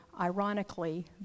ironically